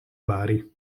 bari